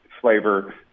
flavor